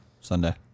Sunday